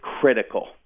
critical